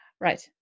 Right